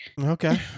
Okay